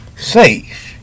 Safe